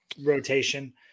rotation